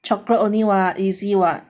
chocolate only [what] easy [what]